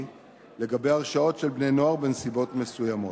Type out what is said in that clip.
לגבי הרשעות של בני-נוער בנסיבות מסוימות.